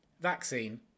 Vaccine